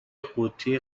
قوطی